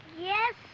Yes